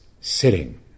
sitting